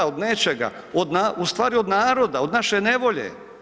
Od nečega, ustvari od naroda, od naše nevolje.